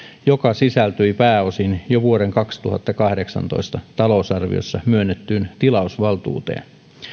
joka sisältyi pääosin jo vuoden kaksituhattakahdeksantoista talousarviossa myönnettyyn tilausvaltuuteen